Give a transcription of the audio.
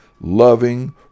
loving